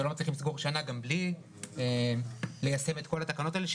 הכנסת ולא מצליחים לסגור שנה גם בלי ליישם את כל התקנות האלה,